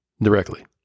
directly